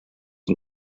een